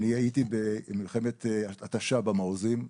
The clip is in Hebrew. אני הייתי במלחמת התשה במעוזים.